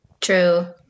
true